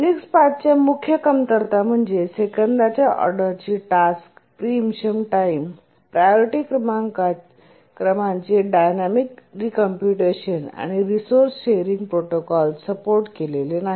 Unix 5 च्या मुख्य कमतरता म्हणजे सेकंदाच्या ऑर्डरची task pre impression time priority क्रमांचे डायनॅमिक रिकॉम्पुटेशन आणि रिसोर्स शेअरिंग प्रोटोकॉल सपोर्ट केलेले नाही